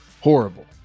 horrible